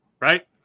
Right